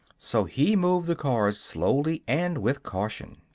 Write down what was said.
so he moved the cars slowly and with caution.